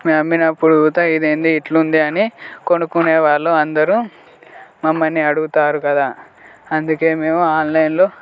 మేము అమ్మినప్పుడు కూడా ఇదేంటి ఇట్లుంది అని కొనుక్కునే వాళ్ళు అందరూ మమ్మల్ని అడుగుతారు కదా అందుకే మేము ఆన్లైన్లో